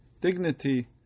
dignity